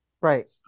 Right